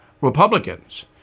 Republicans